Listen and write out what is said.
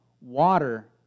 water